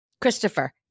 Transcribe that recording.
Christopher